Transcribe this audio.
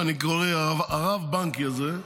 אני קורא לו ה"רב-בנקי" הזה,